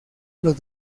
los